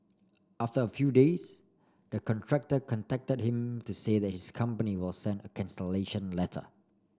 after a few days the contractor contacted him to say that his company will send a letter